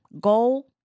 goal